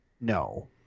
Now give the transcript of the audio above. no